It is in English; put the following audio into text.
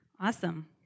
Awesome